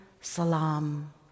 salam